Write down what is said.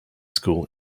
school